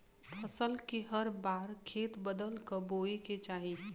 फसल के हर बार खेत बदल क बोये के चाही